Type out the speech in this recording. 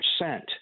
percent